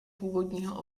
původního